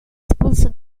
espulso